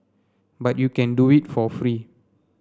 but you can do it for free